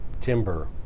timber